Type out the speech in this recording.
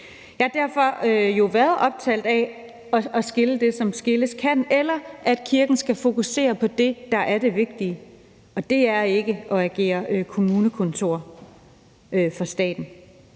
Jeg har derfor været optaget af at skille det, som skilles kan, eller at kirken skal fokusere på det, der er det vigtige, og det er ikke at agere kommunekontor for staten.